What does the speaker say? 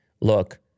look